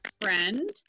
friend